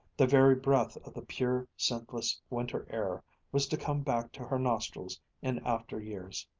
the very breath of the pure, scentless winter air was to come back to her nostrils in after years.